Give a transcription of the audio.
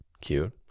cute